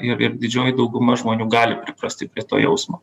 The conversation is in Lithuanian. ir ir didžioji dauguma žmonių gali priprasti prie to jausmo